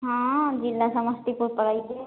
हँ जिला समस्तीपुर पड़ै छै